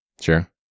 Sure